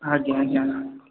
ଆଜ୍ଞା ଆଜ୍ଞା